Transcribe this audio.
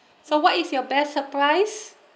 so what is your best surprise